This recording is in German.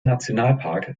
nationalpark